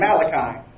Malachi